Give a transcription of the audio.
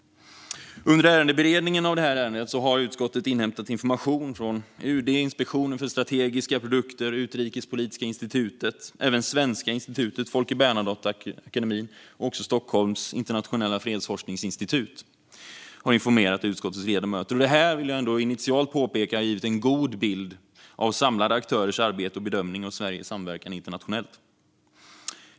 Under beredningen av detta ärende har utskottet inhämtat information från UD, Inspektionen för strategiska produkter och Utrikespolitiska institutet. Även Svenska institutet, Folke Bernadotteakademin och Stockholms internationella fredsforskningsinstitut har informerat utskottets ledamöter. Detta har, vill jag initialt påpeka, givit en god samlad bild av aktörernas arbete och bedömningen av Sveriges samverkan internationellt.